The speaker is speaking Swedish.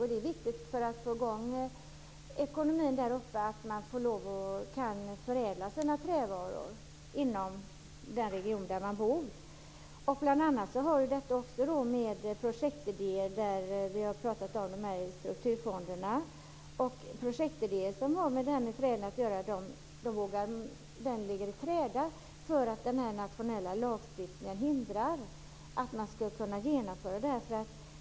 Om vi skall få i gång ekonomin där uppe är det viktigt att man kan förädla sina trävaror inom den region där man bor. Vi har ju pratat om det här med strukturfonder, och projektidéer som har med förädling att göra ligger i träda därför att den nationella lagstiftningen hindrar en från att genomföra detta.